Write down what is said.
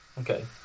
Okay